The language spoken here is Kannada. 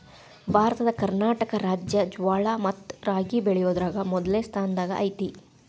ಭಾರತದ ಕರ್ನಾಟಕ ರಾಜ್ಯ ಜ್ವಾಳ ಮತ್ತ ರಾಗಿ ಬೆಳಿಯೋದ್ರಾಗ ಮೊದ್ಲನೇ ಸ್ಥಾನದಾಗ ಐತಿ